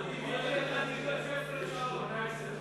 מיקי איתן דיבר 16 שעות.